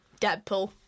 Deadpool